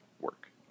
work